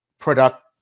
product